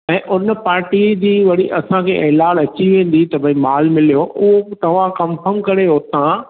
ऐं उन पार्टीअ जी वरी असां खे एल आर अची वेंदी त भई माल मिलियो उहो पोइ तव्हां कन्फर्म करे उतां